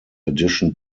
addition